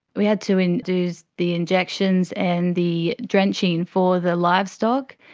we had to and do the injections and the drenching for the livestock.